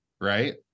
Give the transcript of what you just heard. Right